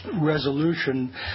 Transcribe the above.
resolution